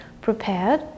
prepared